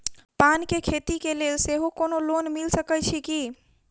पान केँ खेती केँ लेल सेहो कोनो लोन मिल सकै छी की?